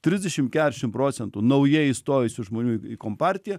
trisdešim keturiasdešim procentų naujai įstojusių žmonių į kompartiją